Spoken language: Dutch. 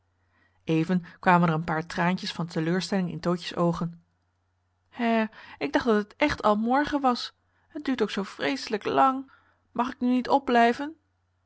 even kwamen er een paar traantjes van teleurstelling in tootjes oogen henriette van noorden weet je nog wel van toen hè ik dacht dat het echt al morgen was het duurt ook zoo vreeselijk lang mag ik nu niet opblijven